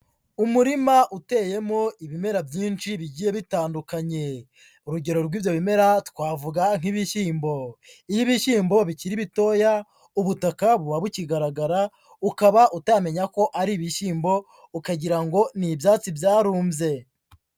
Umurima uteyemo ibimera byinshi bigiye bitandukanye, urugero rw'ibyo bimera twavuga nk'ibishyimbo. Iyo ibishyimbo bikiri bitoya ubutaka buba bukigaragara ukaba utamenya ko ari ibishyimbo ukagira ngo ni ibyatsi byarumbye.